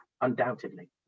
undoubtedly